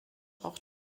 auch